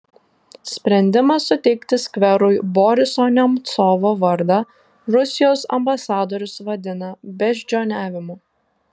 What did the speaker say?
sprendimą suteikti skverui boriso nemcovo vardą rusijos ambasadorius vadina beždžioniavimu